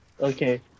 Okay